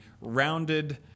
rounded